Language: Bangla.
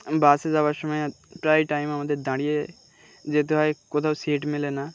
বাসে যাওয়ার সময় প্রায় টাইম আমাদের দাঁড়িয়ে যেতে হয় কোথাও সিট মেলে না